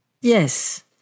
yes